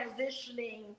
transitioning